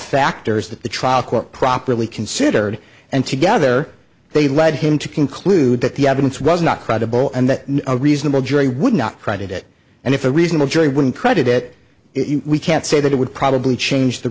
factors that the trial court properly considered and together they led him to conclude that the evidence was not credible and that a reasonable jury would not credit it and if a reasonable jury wouldn't credit it we can't say that it would probably change the